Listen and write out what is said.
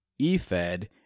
eFed